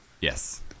Yes